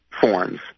forms